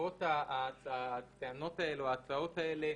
בעקבות הטענות האלה, או ההצעות האלה,